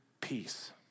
peace